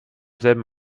selben